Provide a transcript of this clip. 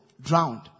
Drowned